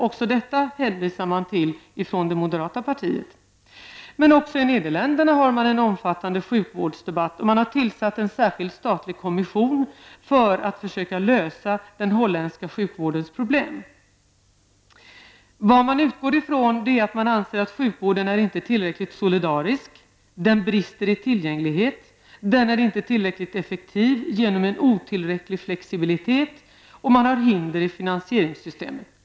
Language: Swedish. Man hänvisar till det ifrån det moderata partiet. Även i Nederländerna har man emellertid en omfattande sjukvårdsdebatt. Man har tillsatt en särskild statlig kommission för att försöka lösa den holländska sjukvårdens problem. Utgångspunkten är att man anser att sjukvården inte är tillräckligt solidarisk, den brister i tillgänglighet, den är inte tillräckligt effektiv på grund av otillräcklig flexibilitet och man har hinder i finansieringssystemet.